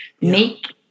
Make